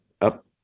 up